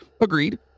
Agreed